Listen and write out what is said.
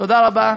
תודה רבה.